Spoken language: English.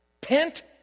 Pent